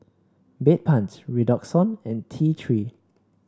Bedpans Redoxon and T Three